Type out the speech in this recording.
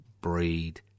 breed